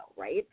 right